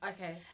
Okay